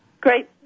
Great